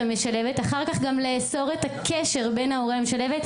המשלבת ואחר כך גם לאסור את הקשר בין ההורה למשלבת.